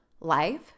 life